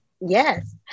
Yes